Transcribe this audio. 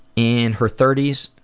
in her thirty s,